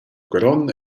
grond